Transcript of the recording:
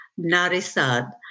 narisad